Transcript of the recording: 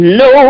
no